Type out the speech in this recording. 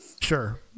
Sure